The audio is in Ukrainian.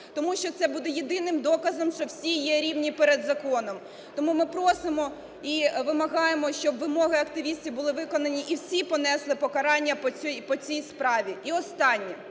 Тому що це буде єдиним доказом, що всі є рівні перед законом. Тому ми просимо і вимагаємо, щоб вимоги активістів були виконані і всі понесли покарання по цій справі. І останнє.